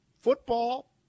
football